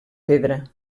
pedra